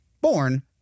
born